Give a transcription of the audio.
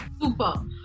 Super